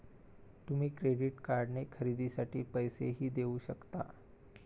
तुम्ही क्रेडिट कार्डने खरेदीसाठी पैसेही देऊ शकता